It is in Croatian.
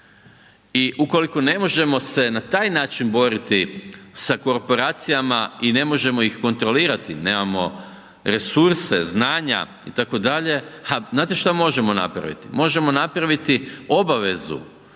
I ukoliko ne možemo se na taj način boriti sa korporacijama i ne možemo ih kontrolirati, nemamo resurse, znanja itd., ha znate šta možemo napraviti? Možemo napraviti obavezu